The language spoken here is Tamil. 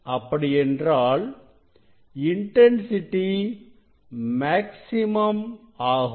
அப்படி என்றால் இன்டன்சிட்டி மேக்ஸிமம் ஆகும்